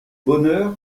bonheur